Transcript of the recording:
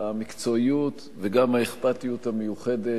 המקצועיות וגם האכפתיות המיוחדת,